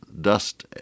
dust